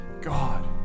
God